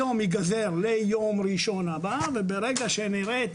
היום ייגזר ליום ראשון הבא וברגע שנראה את